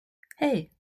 hei